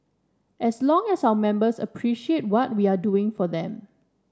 as long as our members appreciate what we are doing for them